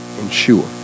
ensure